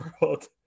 world